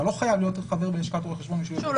אתה לא חייב להיות חבר בלשכת רואי חשבון כדי לעסוק במקצוע.